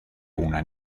una